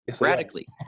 Radically